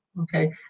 Okay